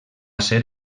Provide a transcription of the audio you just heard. ser